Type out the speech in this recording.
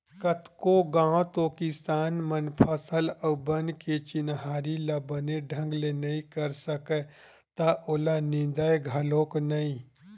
कतको घांव तो किसान मन फसल अउ बन के चिन्हारी ल बने ढंग ले नइ कर सकय त ओला निंदय घलोक नइ